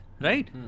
right